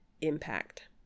impact